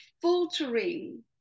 filtering